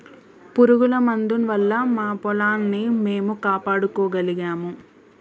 పురుగుల మందు వల్ల మా పొలాన్ని మేము కాపాడుకోగలిగాము